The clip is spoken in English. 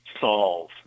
solve